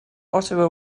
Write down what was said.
ottawa